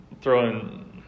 throwing